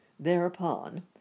Thereupon